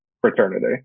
fraternity